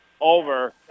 over